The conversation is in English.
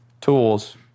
tools